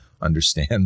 understand